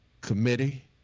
Committee